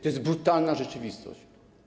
To jest brutalna rzeczywistość.